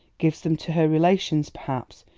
gives them to her relations, perhaps.